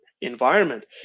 environment